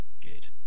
Good